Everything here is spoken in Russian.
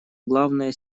главная